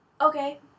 okay